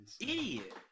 idiot